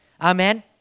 Amen